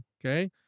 okay